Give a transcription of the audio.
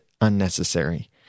unnecessary